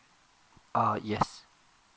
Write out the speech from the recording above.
err yes